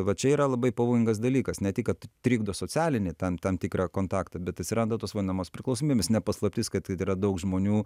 va čia yra labai pavojingas dalykas ne tik kad trikdo socialinį tam tam tikrą kontaktą bet atsiranda tos vadinamos priklausomybės ne paslaptis kad kad yra daug žmonių